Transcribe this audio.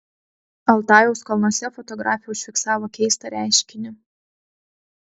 altajaus kalnuose fotografė užfiksavo keistą reiškinį